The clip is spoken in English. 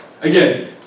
Again